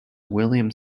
william